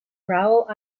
raoul